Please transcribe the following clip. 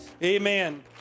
Amen